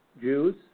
Jews